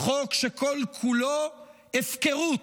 חוק שכל-כולו הפקרות.